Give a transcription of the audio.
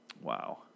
Wow